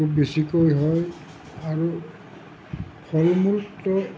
খুব বেছিকৈ হয় আৰু ফল মূলটো